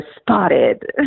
spotted